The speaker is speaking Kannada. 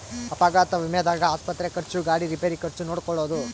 ಅಪಘಾತ ವಿಮೆದಾಗ ಆಸ್ಪತ್ರೆ ಖರ್ಚು ಗಾಡಿ ರಿಪೇರಿ ಖರ್ಚು ನೋಡ್ಕೊಳೊದು